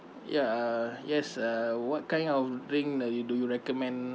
ya uh yes uh what kind of drink that do you recommend